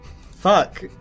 fuck